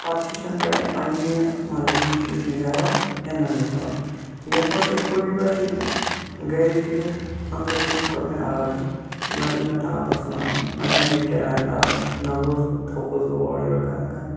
پَتہ تہِ چھَ نہٕ پاے کینٛہہ پَننہِ مَرضی ہُنٛد چیٖز مِلیوا یا نہ مِلیوا یَتھ مَنٛز کیٛاہ خوٗبی باسے مےٚ گَرِ بِہِتھ أندرٕکَنۍ کوٚر مےٚ آرڈَر نَہ پیٚو مےٚ تاپَس نَژُن نہَ پیٚو مےٚ کراے لاگٕنۍ نہَ گوس بہٕ تھوٚکُس بہٕ اورٕ یور کَران کَران